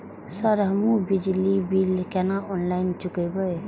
Sir हमू बिजली bill केना ऑनलाईन चुकेबे?